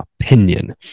opinion